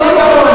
שום דבר.